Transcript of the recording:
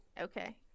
Okay